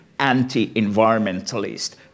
anti-environmentalist